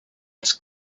els